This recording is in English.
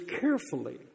carefully